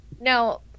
Now